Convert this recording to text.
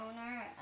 owner